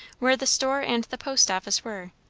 where the store and the post office were,